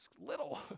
little